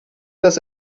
das